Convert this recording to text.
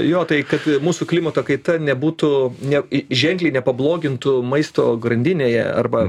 jo tai kad mūsų klimato kaita nebūtų ne ženkliai nepablogintų maisto grandinėje arba